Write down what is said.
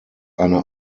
eine